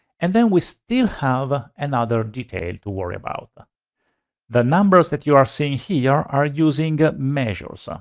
and then we still have another detail to worry about. the the numbers that you are seeing here are using measures. ah